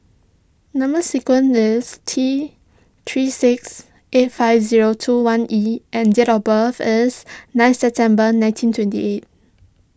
Number Sequence is T three six eight five zero two one E and date of birth is nine September nineteen twenty eight